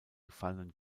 gefallenen